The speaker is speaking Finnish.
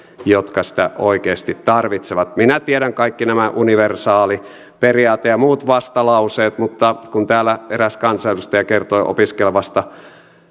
jotka sitä oikeasti tarvitsevat minä tiedän kaikki nämä universaaliperiaate ja muut vastalauseet mutta kun täällä eräs kansanedustaja kertoi opiskelevasta